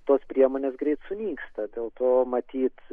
tos priemonės greit sunyksta dėl to matyt